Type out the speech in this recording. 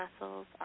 muscles